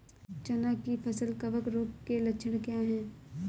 चना की फसल कवक रोग के लक्षण क्या है?